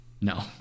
No